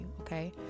okay